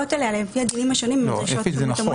שחלות עליה עם השנים הן דרישות --- זה נכון.